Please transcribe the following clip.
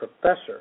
professor